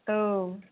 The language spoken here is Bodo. औ